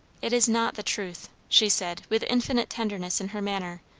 it is not the truth, she said with infinite tenderness in her manner.